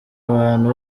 abantu